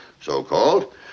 so-called